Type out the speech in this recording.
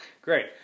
Great